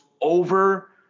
over